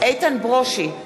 איתן ברושי,